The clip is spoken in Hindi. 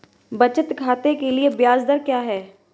बचत खाते के लिए ब्याज दर क्या है?